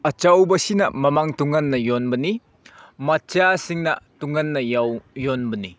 ꯑꯆꯧꯕꯁꯤꯅ ꯃꯃꯥꯡ ꯇꯣꯡꯉꯥꯟꯅ ꯌꯣꯟꯕꯅꯤ ꯃꯆꯥꯁꯤꯡꯅ ꯇꯣꯡꯉꯥꯟꯕ ꯌꯣꯟꯕꯅꯤ